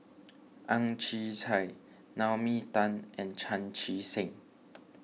Ang Chwee Chai Naomi Tan and Chan Chee Seng